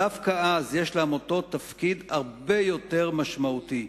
דווקא אז יש לעמותות תפקיד הרבה יותר משמעותי.